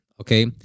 okay